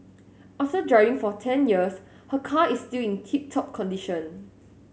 after driving for ten years her car is still in tip top condition